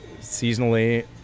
seasonally